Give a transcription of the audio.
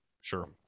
sure